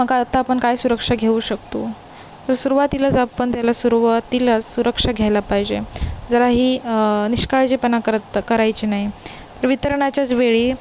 मग आत्ता आपण काय सुरक्षा घेऊ शकतो तर सुरवातीलाच आपण त्याला सुरवातीला सुरक्षा घ्यायला पाहिजे जरा ही निष्काळजीपणा करत करायची नाही वितरणाच्याच वेळी